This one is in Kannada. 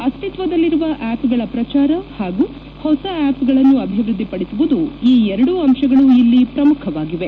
ಅಸ್ತಿತ್ವದಲ್ಲಿರುವ ಆ್ವಪ್ಗಳ ಪ್ರಚಾರ ಹಾಗೂ ಹೊಸ ಆ್ವಪ್ಗಳನ್ನು ಅಭಿವೃದ್ದಿಪಡಿಸುವುದು ಈ ಎರಡು ಅಂಶಗಳು ಇಲ್ಲಿ ಪ್ರಮುಖವಾಗಿವೆ